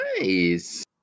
nice